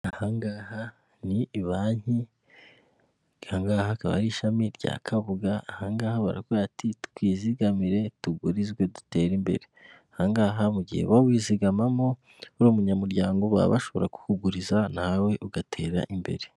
Aha ngaha ni banki, aha ngaha hakaba ari ishami rya Kabuga, aha ngaha baragira ati twizigamire tugurizwe dutere imbere, aha ngaha mu gihe uba wizigamamo uri umunyamuryango baba bashobora kukuguriza nawe ugatera imbere.